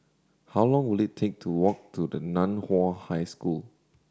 how long will it take to walk to the Nan Hua High School